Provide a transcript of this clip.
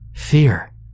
fear